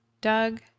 Doug